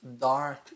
dark